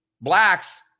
Blacks